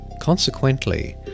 Consequently